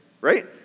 Right